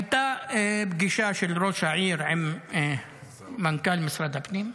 הייתה פגישה של ראש העיר עם מנכ"ל משרד הפנים.